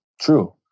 true